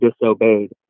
disobeyed